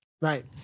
Right